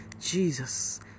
Jesus